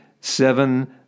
seven